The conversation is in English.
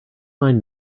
mine